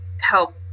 help